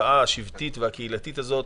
התודעה השבטית והקהילתית הזאת,